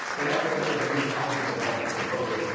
whenever there was a new housing development proposed,